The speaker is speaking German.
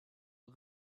von